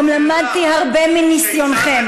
למדתי הרבה מניסיונכם.